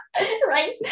Right